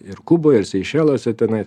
ir kuboje ir seišeliuose tenai